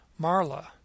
Marla